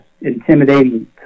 intimidating